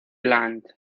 land